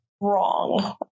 wrong